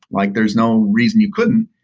like there's no reason you couldn't.